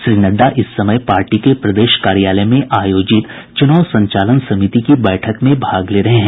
श्री नड्डा इस समय पार्टी के प्रदेश कार्यालय में आयोजित चुनाव संचालन समिति की बैठक में भाग ले रहे हैं